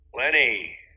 Lenny